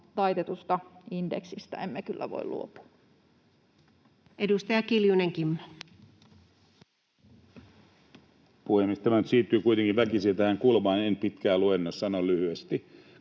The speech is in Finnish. taitetusta indeksistä emme kyllä voi luopua. Edustaja Kiljunen, Kimmo. Puhemies! Tämä nyt siirtyy kuitenkin väkisin tähän kulmaan — en pitkään luennoi, sanon lyhyesti.